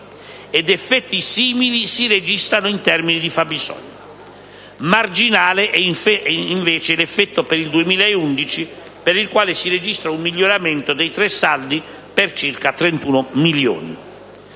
ed effetti simili si registrano in termini di fabbisogno. Marginale è invece l'effetto nel 2011, per il quale si registra un miglioramento dei tre saldi per circa 31 milioni.